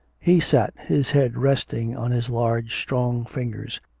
he sat, his head resting on his large, strong fingers,